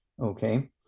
okay